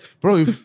Bro